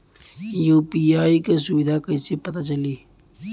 UPI क सुविधा कैसे पता चली?